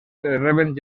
reben